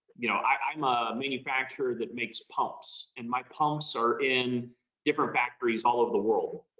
you know, i'm a manufacturer that makes pumps and my pumps are in different factories all over the world.